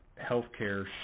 healthcare